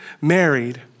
married